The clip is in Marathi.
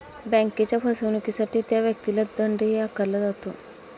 बँकेच्या फसवणुकीसाठी त्या व्यक्तीला दंडही आकारला जातो